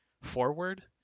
forward